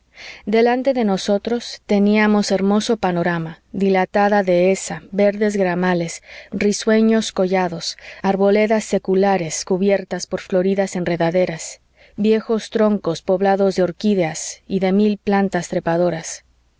delante de nosotros teníamos hermoso panorama dilatada dehesa verdes gramales risueños collados arboledas seculares cubiertas por floridas enredaderas viejos troncos poblados de orquídeas y de mil plantas trepadoras